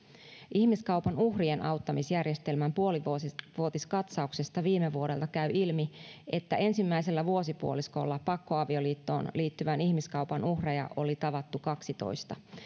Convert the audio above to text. ihmiskaupan uhrien auttamisjärjestelmän puolivuotiskatsauksesta viime vuodelta käy ilmi että ensimmäisellä vuosipuoliskolla pakkoavioliittoon liittyvän ihmiskaupan uhreja oli tavattu kaksitoista